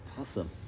Awesome